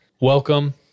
welcome